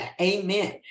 amen